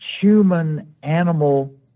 human-animal